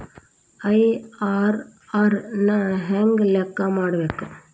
IRR ನ ಹೆಂಗ ಲೆಕ್ಕ ಮಾಡಬೇಕ?